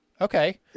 okay